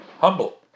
humble